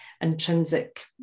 intrinsic